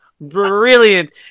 brilliant